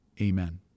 Amen